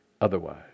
otherwise